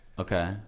Okay